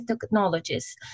technologies